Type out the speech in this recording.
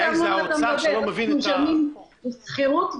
אנחנו משלמים שכירות,